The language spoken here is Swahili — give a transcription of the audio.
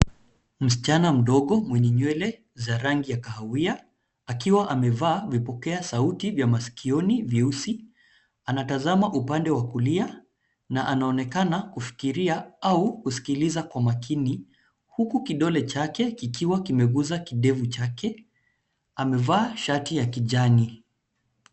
Msichana mdogo, mwenye nywele za rangi ya kahawia, akiwa amevaa vipokea sauti vya masikioni, vyeusi, anatazama upande wa kulia, na anaonekana kufikiria, au kusikiliza kwa makini, huku kidole chake, kikiwa kimeguza kidevu chake, amevaa shati ya kijani.